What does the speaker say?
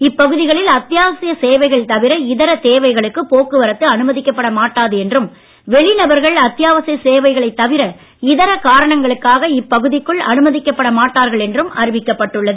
இப்பகுதிகளில் அத்தியாவசிய சேவைகள் தவிர இதர தேவைகளுக்கு போக்குவரத்து அனுமதிக்கப்பட மாட்டாது என்றும் வெளிநபர்கள் அத்தியாவசிய சேவைகளை தவிற இதர காரணங்களுக்காக இப்பகுதிகளுக்குள் அனுமதிக்கப்பட மாட்டார்கள் என்றும் அறிவிக்கப்பட்டுள்ளது